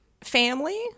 family